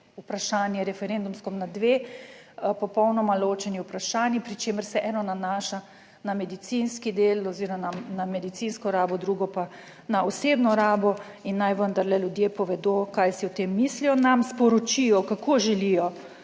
vprašanje referendumsko na dve popolnoma ločeni vprašanji, pri čemer se eno nanaša na medicinski del oziroma na medicinsko rabo, drugo pa na osebno rabo in naj vendarle ljudje povedo, kaj si o tem mislijo, nam sporočijo kako želijo,